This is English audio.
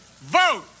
vote